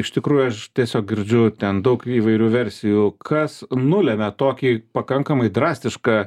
iš tikrųjų aš tiesiog girdžiu ten daug įvairių versijų kas nulemia tokį pakankamai drastišką